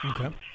Okay